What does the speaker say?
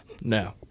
No